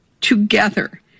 Together